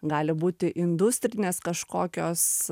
gali būti industrinės kažkokios